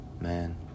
man